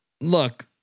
Look